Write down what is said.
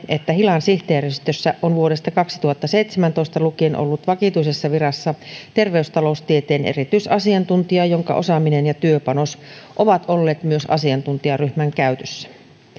että hilan sihteeristössä on vuodesta kaksituhattaseitsemäntoista lukien ollut vakituisessa virassa terveystaloustieteen erityisasiantuntija jonka osaaminen ja työpanos ovat olleet myös asiantuntijaryhmän käytössä